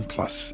Plus